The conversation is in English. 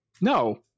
No